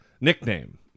nickname